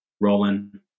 Roland